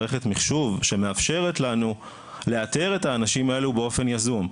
מערכת מחשוב שמאפשרת לנו לאתר את האנשים האלה באופן יזום.